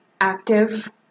active